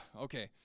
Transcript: okay